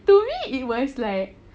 to me it was like